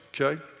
okay